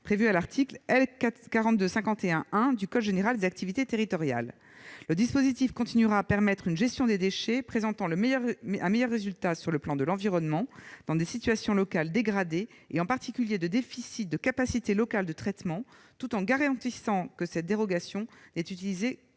prévus à l'article L. 4251-1 du code général des collectivités territoriales. Le dispositif continuera à permettre une gestion des déchets offrant le meilleur résultat sur le plan de l'environnement dans des situations locales dégradées, en particulier en cas de déficit de capacités locales de traitement, tout en garantissant que cette dérogation ne sera utilisée